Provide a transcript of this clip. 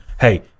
Hey